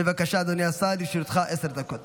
בבקשה אדוני השר, לרשותך עשר דקות.